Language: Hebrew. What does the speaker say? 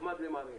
נחמד למראה.